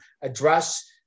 address